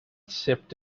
sipped